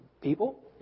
people